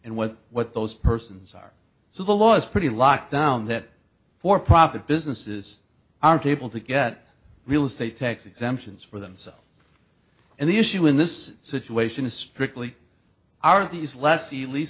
and what what those persons are so the law is pretty locked down that for profit businesses aren't able to get real estate tax exemptions for themselves and the issue in this situation is strictly are these less